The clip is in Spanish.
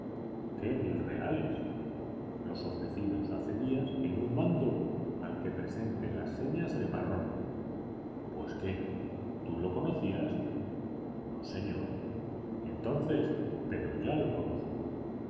qué mil reales los ofrecidos hace días en un bando al que presente las señas de parrón pues qué tú lo conocías no señor entonces pero ya lo conozco